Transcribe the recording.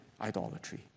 idolatry